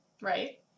Right